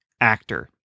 actor